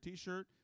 T-shirt